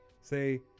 Say